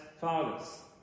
fathers